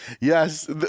Yes